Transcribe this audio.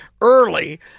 early